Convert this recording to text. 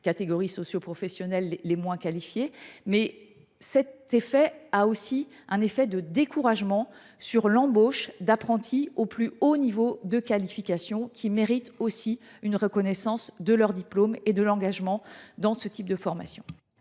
catégories socio professionnelles les moins qualifiées, mais il ne faut pas décourager l’embauche d’apprentis au plus haut niveau de qualification, ces derniers méritant aussi une reconnaissance de leur diplôme et de leur engagement dans ce type de formation.